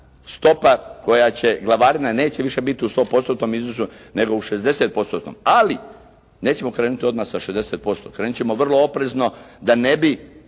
stopa koja će, glavarina neće više biti u sto postotnom iznosu, nego u 60 postotnom. Ali, nećemo krenuti odmah sa 60%. Krenut ćemo vrlo oprezno da ne bi